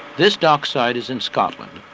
this dockside is in scotland.